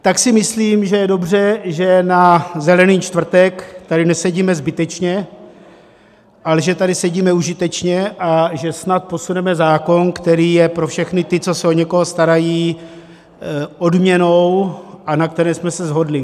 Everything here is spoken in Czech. Tak si myslím, že je dobře, že na Zelený čtvrtek tady nesedíme zbytečně, ale že tady sedíme užitečně a že snad posuneme zákon, který je pro všechny ty, co se o někoho starají, odměnou, na které jsme se shodli.